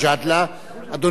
אדוני,